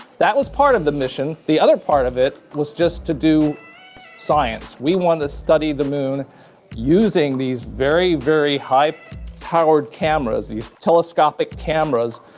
that was part of the mission. the other part of it was just to do science. we want to study the moon using these very, very high powered cameras, these telescopic cameras,